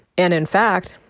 and in fact,